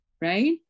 right